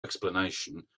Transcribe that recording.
explanation